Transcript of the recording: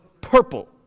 purple